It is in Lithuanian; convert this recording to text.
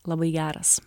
labai geras